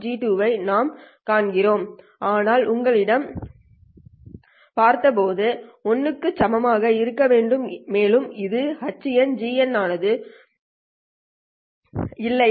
H2G2 ஐ நாம் ஏற்கனவே பார்த்தபோது 1 க்கு சமமாக இருக்க வேண்டும் மேலும் இது HNGN ஆனது 1 க்கு சமமாகவும் இருக்க வேண்டும் இல்லையா